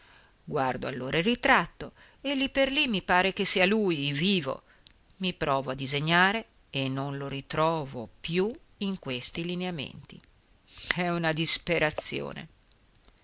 guardo allora il ritratto e lì mi pare che sia lui vivo i provo a disegnare e non lo ritrovo più in questi lineamenti è una disperazione